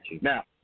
Now